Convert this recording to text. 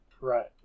Right